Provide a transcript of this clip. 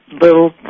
little